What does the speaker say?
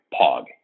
Pog